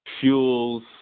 Fuels